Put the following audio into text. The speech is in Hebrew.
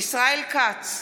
ישראל כץ,